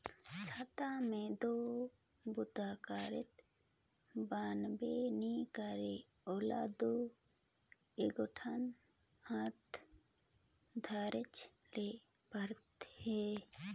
छाता मे दो बूता करत बनबे नी करे ओला दो एगोट हाथे धरेच ले परही